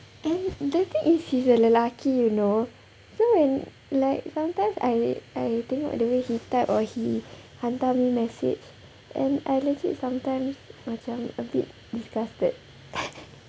and the thing is he's a lelaki you know so when like sometimes I I tengok they way he type or he hantar me message and I legit sometimes macam a bit disgusted